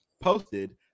posted